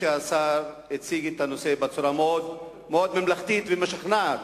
שהשר הציג את הנושא בצורה מאוד ממלכתית ומשכנעת,